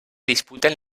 disputen